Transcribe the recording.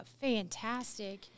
Fantastic